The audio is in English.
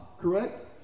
correct